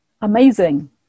amazing